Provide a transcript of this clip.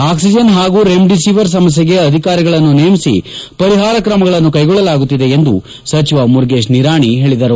oxygen ಹಾಗೂ remdesivir ಸಮಸ್ಯೆಗೆ ಅಧಿಕಾರಿಗಳನ್ನು ನೇಮಿಸಿ ಪರಿಹಾರ ಕ್ರಮಗಳನ್ನು ಕೈಗೊಳ್ಳಲಾಗುತ್ತಿದೆ ಎಂದು ಸಚಿವ ಮುರುಗೇಶ್ ನಿರಾಣಿ ಹೇಳಿದರು